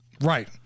Right